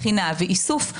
בחינה ואיסוף,